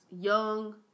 young